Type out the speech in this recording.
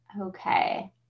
Okay